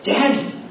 Daddy